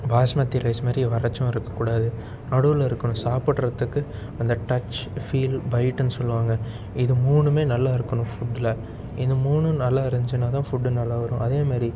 basmati rice மாதிரி வரச்சும் இருக்கக்கூடாது நடுவில் இருக்கணும் சாப்பிட்றதுக்கு அந்த டச் ஃபீல் பைட்டுனு சொல்லுவாங்க இது மூணுமே நல்லா இருக்கணும் ஃபுட்டில் இந்த மூணும் நல்லாயிருன்சினா தான் ஃபுட்டு நல்லா வரும் அதே மாதிரி